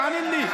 תאמין לי.